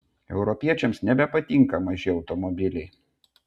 europiečiams nebepatinka maži automobiliai